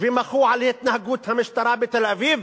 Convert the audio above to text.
ומחו על התנהגות המשטרה בתל-אביב,